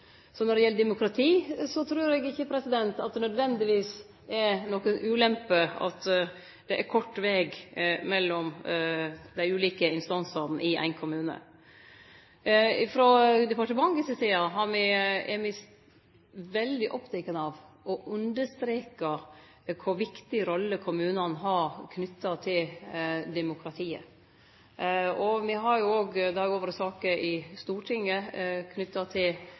Så når det gjeld demokrati, trur eg ikkje at det nødvendigvis er noka ulempe at det er kort veg mellom dei ulike instansane i ein kommune. Frå departementet si side er me veldig opptekne av å understreke kor viktig rolle kommunane har knytt til demokratiet. Det har jo òg vore saker i Stortinget knytte til kommunane si rolle, og det vil det òg vere i tida framover knytt til